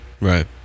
Right